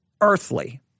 earthly